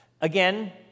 Again